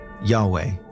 Yahweh